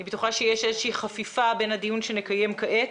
אני בטוחה שיש איזושהי חפיפה בין הדיון שנקיים כעת.